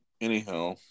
Anyhow